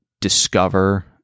discover